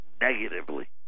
negatively